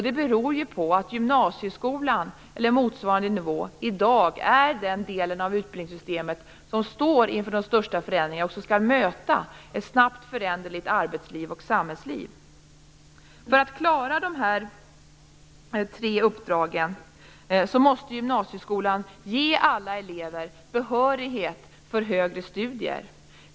Det beror på att gymnasieskolan eller motsvarande nivå i dag är den del av utbildningssystemet som står inför de största förändringarna och som skall möta ett snabbt föränderligt arbetsliv och samhällsliv. För att klara dessa tre uppdrag måste gymnasieskolan ge alla elever behörighet till högre studier.